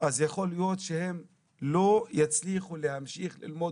יכול להיות שהם לא יצליחו להמשיך ללמוד